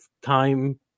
time